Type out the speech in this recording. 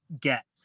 get